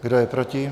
Kdo je proti?